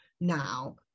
now